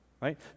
Right